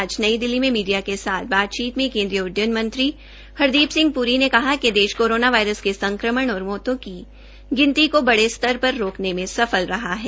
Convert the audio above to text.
आज नई दिल्ली में मीडिया के साथ बातचीत में केन्द्रीय उड्डयन मंत्री हरदीप सिंह प्री ने कहा कि देश कोरोना वायरस के संक्रमण और मौतों की गिनती को बड़े स्तर पर रोकने में सफल रहा है